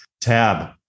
Tab